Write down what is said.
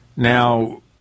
Now